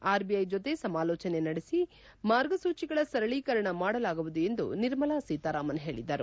RBI ಜೊತೆ ಸಮಾಲೋಚನೆ ನಡೆಸಿ ಮಾರ್ಗಸೂಚಿಗಳ ಸರಳೀಕರಣ ಮಾಡಲಾಗುವುದು ಎಂದು ನಿರ್ಮಲಾ ಸೀತಾರಾಮನ್ ಹೇಳಿದರು